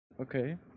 Okay